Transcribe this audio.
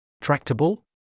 Tractable